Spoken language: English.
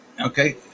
okay